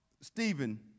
Stephen